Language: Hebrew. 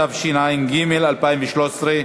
התשע"ג 2013,